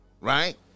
right